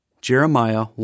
Jeremiah